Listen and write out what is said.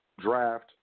draft